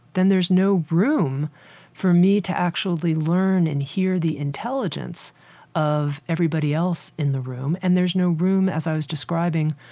then there's no room for me to actually learn and hear the intelligence of everybody else in the room and there's no room, as i was describing,